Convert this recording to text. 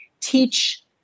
teach